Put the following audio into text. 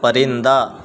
پرندہ